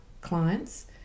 clients